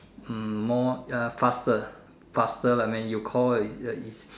hmm more uh faster faster lah I mean you call is a is